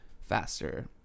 faster